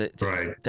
Right